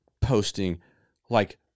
posting—like